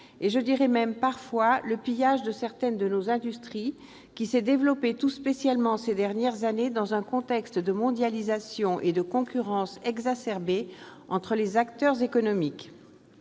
je dirais même parfois le pillage de certaines de nos industries, qui s'est développé tout spécialement ces dernières années dans un contexte de mondialisation et de concurrence exacerbée entre les acteurs économiques.